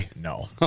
No